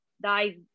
die